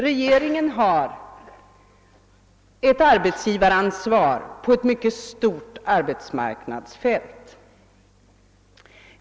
Regeringen har arbetsgivaransvar på ett mycket stort arbetsmarknadsfält.